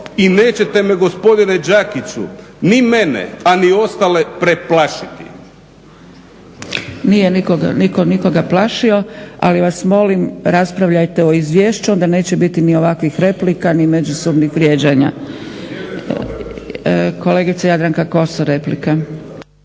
i nećete me gospodine Đakiću ni mene, a ni ostale preplašiti. **Zgrebec, Dragica (SDP)** Nije nikoga plašio ali vas molim raspravljajte o izvješću onda neće biti ni ovakvih replika ni međusobnih vrijeđanja. Kolegica Jadranka Kosor replika.